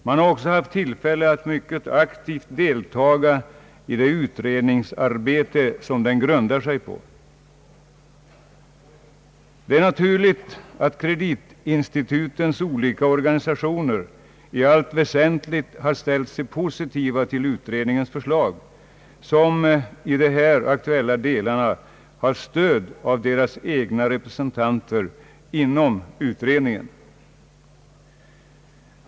Man har också haft tillfälle att mycket aktivt delta i det utredningsarbete som den grundat sig på. Det är naturligt att kreditinstitutens olika organisationer i allt väsentligt har ställt sig positiva till utredningens förslag, som i de här aktuella delarna har stöd av deras egna representanter i utredningen.